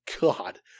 God